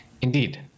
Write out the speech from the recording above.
Indeed